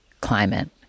climate